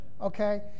Okay